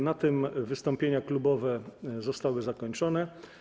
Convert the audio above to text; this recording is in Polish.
Na tym wystąpienia klubowe zostały zakończone.